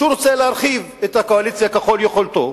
שרוצה להרחיב את הקואליציה ככל יכולתו.